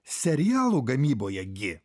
serialų gamyboje gi